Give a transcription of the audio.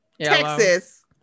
Texas